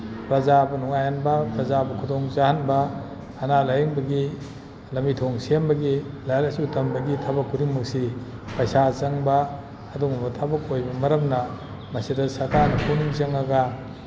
ꯄ꯭ꯔꯖꯥꯕꯨ ꯅꯨꯡꯉꯥꯏꯍꯟꯕ ꯄ꯭ꯔꯖꯥꯕꯨ ꯈꯨꯗꯣꯡꯆꯥꯍꯟꯕ ꯑꯅꯥ ꯂꯥꯌꯦꯡꯕꯒꯤ ꯂꯝꯕꯤ ꯊꯣꯡ ꯁꯦꯝꯕꯒꯤ ꯂꯥꯏꯔꯤꯛ ꯂꯥꯏꯁꯨ ꯇꯝꯕꯒꯤ ꯊꯕꯛ ꯈꯨꯗꯤꯡꯃꯛꯁꯤ ꯄꯩꯁꯥ ꯆꯪꯕ ꯑꯗꯨꯒꯨꯝꯕ ꯊꯕꯛ ꯑꯣꯏꯕ ꯃꯔꯝꯅ ꯃꯁꯤꯗ ꯁꯔꯀꯥꯔꯅ ꯄꯨꯛꯅꯤꯡ ꯆꯪꯉꯒ